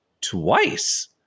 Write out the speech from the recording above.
twice